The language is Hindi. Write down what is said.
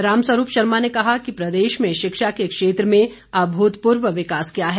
रामस्वरूप शर्मा ने कहा कि प्रदेश में शिक्षा के क्षेत्र में अभूतपूर्व विकास किया है